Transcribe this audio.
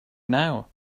now